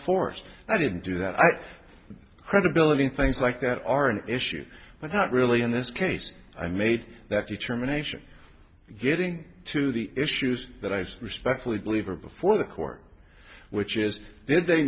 fours i didn't do that i credibility and things like that are an issue but not really in this case i made that determination getting to the issues that i respectfully believe are before the court which is did they